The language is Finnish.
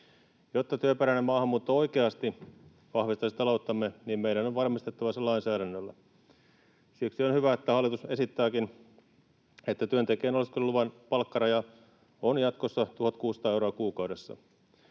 Jotta työperäinen maahanmuutto oikeasti vahvistaisi talouttamme, niin meidän on varmistettava se lainsäädännöllä. Siksi on hyvä, että hallitus esittääkin, että työntekijän oleskeluluvan palkkaraja on jatkossa 1 600 euroa kuukaudessa.